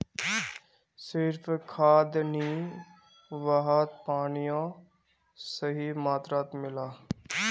सिर्फ खाद नी वहात पानियों सही मात्रात मिला